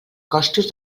costos